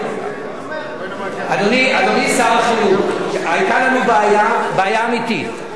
אדוני שר החינוך, היתה לנו בעיה, בעיה אמיתית.